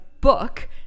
book